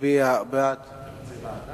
מצביע בעד